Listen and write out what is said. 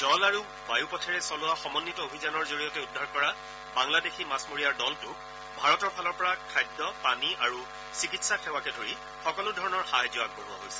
জল আৰু বায়ু পথেৰে চলোৱা সময়িত অভিযানৰ জৰিয়তে উদ্ধাৰ কৰা বাংলাদেশী মাছমৰীয়াৰ দলটোক ভাৰতৰ ফালৰ পৰা খাদ্য পানী আৰু চিকিৎসা সেৱাকে ধৰি সকলোধৰণৰ সাহায্য আগবঢ়োৱা হৈছে